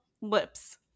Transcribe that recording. lips